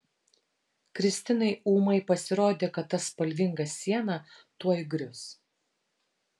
kristinai ūmai pasirodė kad ta spalvinga siena tuoj grius